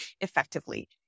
effectively